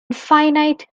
finite